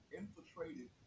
infiltrated